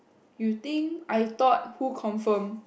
you think I thought who confirm